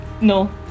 no